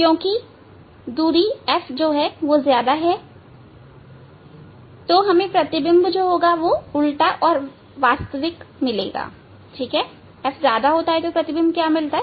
क्योंकि दूरी F से ज्यादा है वह प्रतिबिंब हमें उल्टा और वास्तविक प्रतिबिंब मिलेगा